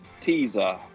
teaser